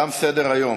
תם סדר-היום.